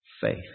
faith